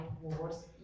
wars